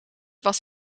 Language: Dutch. was